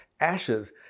ashes